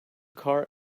car